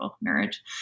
marriage